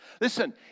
Listen